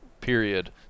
period